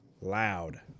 Loud